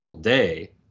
day